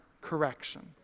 correction